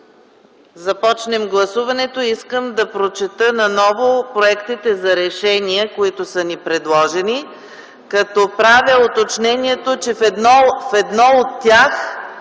започнем гласуването искам да прочета отново проектите за решения, които са ни предложени. Правя уточнение, че в едно от тях